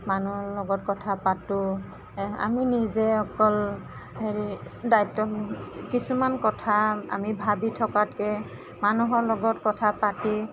মানুহ লগত কথা পাতো আমি নিজেই অকল হেৰি দায়িত্ব কিছুমান কথা আমি ভাবি থকাতকৈ মানুহৰ লগত কথা পাতি